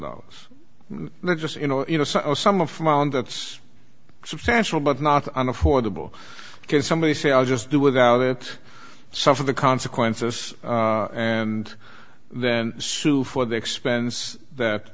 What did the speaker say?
dollars not just you know you know some of my own that's substantial but not an affordable can somebody say i'll just do without it suffer the consequences and then sue for the expense that